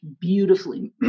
beautifully